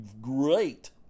great